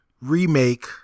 remake